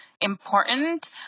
important